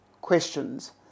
questions